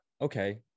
okay